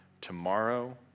tomorrow